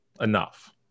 enough